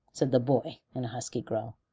said the boy, in a husky growl.